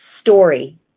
story